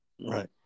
Right